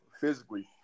physically